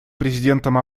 президентом